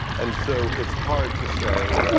and so it's hard to say,